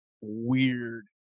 weird